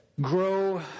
grow